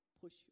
push